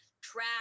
trap